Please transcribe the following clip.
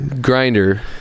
grinder